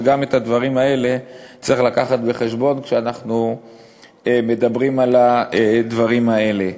וגם את הדברים האלה צריך לקחת בחשבון כשאנחנו מדברים על הדברים האלה.